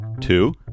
Two